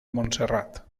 montserrat